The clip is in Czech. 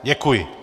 Děkuji.